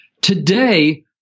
today